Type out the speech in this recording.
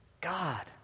God